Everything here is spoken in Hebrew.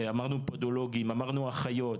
אמרנו פודולוגים, אמרנו אחיות.